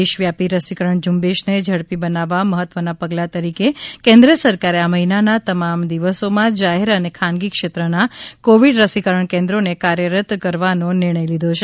દેશવ્યાપી રસીકરણ ઝુંબેશને ઝડપી બનાવવા મહત્વના પગલા તરીકે કેન્દ્ર સરકારે આ મહિનાના તમામ દિવસોમાં જાહેર અને ખાનગી ક્ષેત્રના કોવિડ રસીકરણ કેન્દ્રોને કાર્યરત કરવાનો નિર્ણય લીધો છે